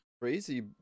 crazy